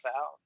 out